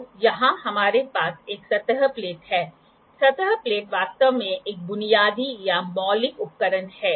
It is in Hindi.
तो आपके पास माइनस और प्लस हो सकता है